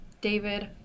David